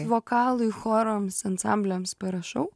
vokalui chorams ansambliams parašau